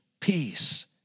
peace